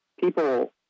people